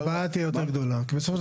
הבעיה תהיה יותר גדולה כי בסופו של